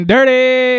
Dirty